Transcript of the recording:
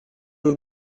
mon